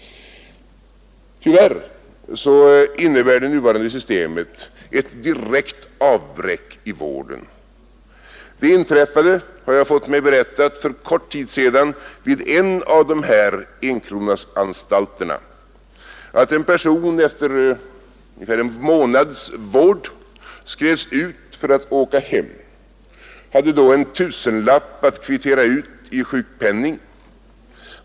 Tyvärr innebär det nuvarande systemet ett direkt avbräck i vården. Det inträffade, har jag fått mig berättat för kort tid sedan, vid en av de här enkronasanstalterna att en person efter ungefär en månads vård skrevs ut för att åka hem. Han hade då en tusenlapp att kvittera ut i sjukpenning.